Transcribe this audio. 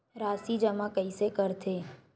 राशि जमा कइसे करथे?